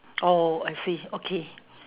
oh I see okay